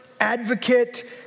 advocate